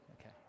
Okay